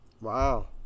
Wow